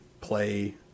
play